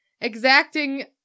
exacting